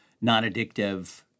non-addictive